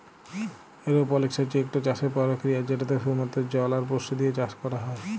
এরওপলিক্স হছে ইকট চাষের পরকিরিয়া যেটতে শুধুমাত্র জল আর পুষ্টি দিঁয়ে চাষ ক্যরা হ্যয়